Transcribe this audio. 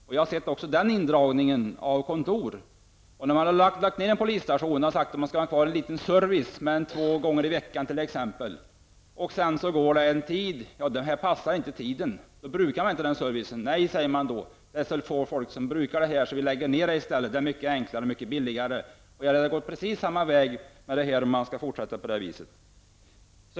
Som polis har jag varit med om indragningar av poliskontor. Man har lagt ned polisstationer och sagt att en viss service ändå skall vara kvar. Det har då varit fråga om öppethållande två gånger i veckan. Men öppettiderna har inte passat människorna, som alltså inte har utnyttjat den möjligheten. Efter en tid har man bestämt sig för att lägga ned denna service med hänvisning till att det är så få människor som utnyttjar den. Man har då ansett det vara mycket enklare och billigare att ta bort servicen. Jag är rädd för att det blir på precis samma sätt när det gäller posten.